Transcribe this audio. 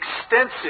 extensive